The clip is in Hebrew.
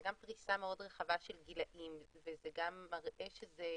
גם פריסה מאוד רחבה של גילאים וזה גם מראה שזה